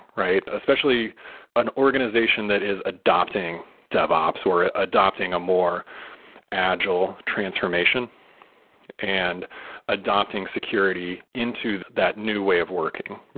right? especially an organization that is adopting devops, we're adopting a more agile transformation and adopting security into that new way of working,